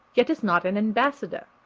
yet is not an ambassador.